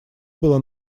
было